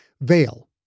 veil